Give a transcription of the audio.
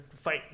fight